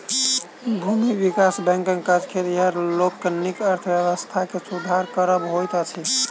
भूमि विकास बैंकक काज खेतिहर लोकनिक अर्थव्यवस्था के सुधार करब होइत अछि